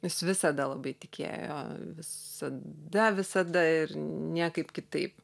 jis visada labai tikėjo visada visada ir niekaip kitaip